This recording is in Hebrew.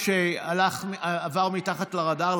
משהו שעבר מתחת לרדאר,